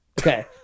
Okay